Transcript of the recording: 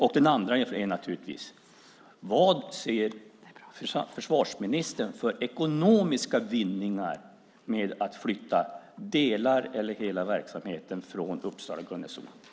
Sedan undrar jag naturligtvis: Vad ser försvarsministern för ekonomiska vinningar med att flytta delar av eller hela verksamheten från Uppsala garnison?